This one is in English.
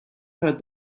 heard